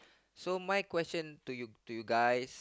so my question to you to you guys